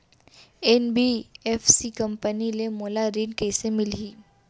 NBFC company ले मोला ऋण कइसे मिलही?